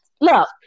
look